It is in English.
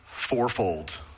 fourfold